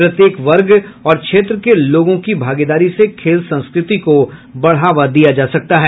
प्रत्येक वर्ग और क्षेत्र के लोगों की भागीदारी से खेल संस्कृति को बढ़ावा दिया जा सकता है